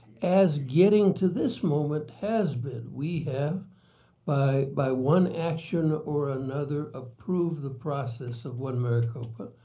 as getting to this moment has been. we have by by one action or another approved the process of one maricopa.